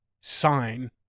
sign